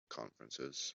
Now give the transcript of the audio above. conferences